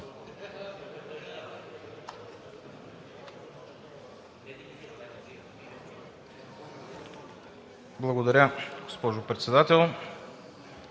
Благодаря, госпожо Председател.